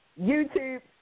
YouTube